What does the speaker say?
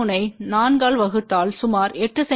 33 ஐ 4 ஆல் வகுத்தால் சுமார் 8 செ